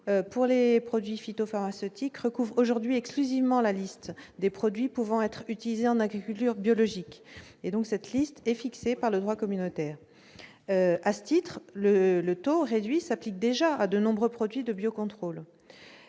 pour les produits phytopharmaceutiques recouvre aujourd'hui exclusivement la liste des produits pouvant être utilisés en agriculture biologique, fixée par le droit de l'Union européenne. À ce titre, le taux réduit s'applique déjà à de nombreux produits de biocontrôle.